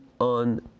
on